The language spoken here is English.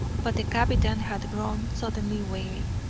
but the captain had grown suddenly wary.